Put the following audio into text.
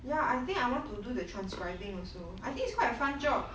ya I think I want to do the transcribing also I think it's quite fun job